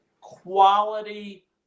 quality